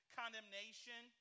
condemnation